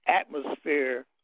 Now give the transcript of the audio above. atmosphere